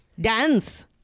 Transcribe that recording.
Dance